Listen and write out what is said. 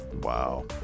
Wow